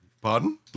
Pardon